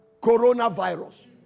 coronavirus